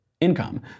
income